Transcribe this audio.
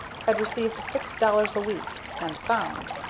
had received six dollars a week and found.